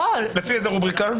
לפי איזו רובריקה?